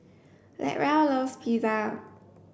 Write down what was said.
Latrell loves Pizza